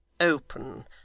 open